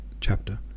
chapter